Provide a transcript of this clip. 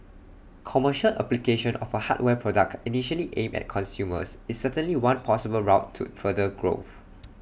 commercial application of A hardware product initially aimed at consumers is certainly one possible route to further growth